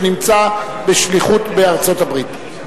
שנמצא בשליחות בארצות-הברית.